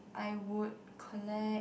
I would collect